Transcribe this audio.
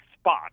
spot